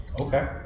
Okay